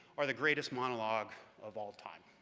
or the greatest monologue of all time?